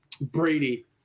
Brady